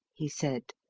he said,